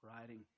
writing